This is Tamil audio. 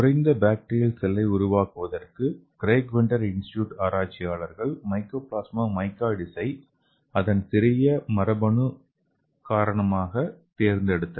குறைந்த பாக்டீரியா செல்லை உருவாக்குவதற்கு கிரேக் வென்டர் இன்ஸ்டிடியூட் ஆராய்ச்சியாளர்கள் மைக்கோபிளாஸ்மா மைக்கோயிட்சை அதன் சிறிய மரபணு ஒரே ஒரு எம்பி காரணமாக தேர்ந்தெடுத்தனர்